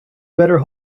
better